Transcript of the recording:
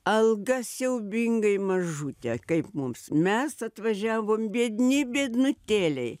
alga siaubingai mažutė kaip mums mes atvažiavom biedni biednutėliai